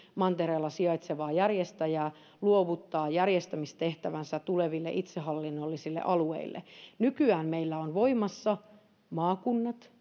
mantereella sijaitsevaa järjestäjää luovuttaa järjestämistehtävänsä tuleville itsehallinnollisille alueille nykyään meillä on voimassa maakunnat